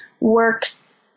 works